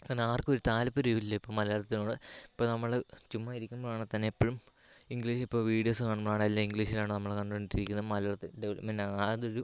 എന്നാൽ ആർക്കും ഒരു താല്പര്യവുമില്ലാ ഇപ്പോൾ മലയാളത്തിനോട് ഇപ്പം നമ്മൾ ചുമ്മാ ഇരിക്കുമ്പോഴാണേ തന്നെ എപ്പോഴും ഇംഗ്ലീഷ് ഇപ്പോൾ വീഡിയോസ് കാണുമ്പോളാണേലും എല്ലാം ഇംഗ്ലീഷിലാണ് നമ്മൾ കണ്ടുക്കൊണ്ടിരിക്കുന്നത് മലയാളത്തിൽ യാതൊരു